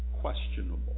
questionable